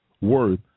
worth